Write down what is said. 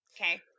Okay